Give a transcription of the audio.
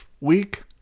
week